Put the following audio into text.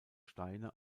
steine